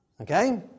Okay